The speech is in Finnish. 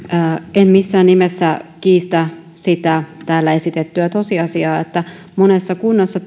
en missään nimessä kiistä sitä täällä esitettyä tosiasiaa että monessa kunnassa